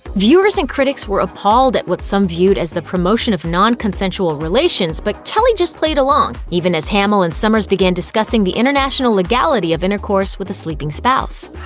viewers and critics were appalled at what some viewed as the promotion of non-consensual relations, but kelly just played along, even as hamel and somers began discussing the international legality of intercourse with a sleeping spouse.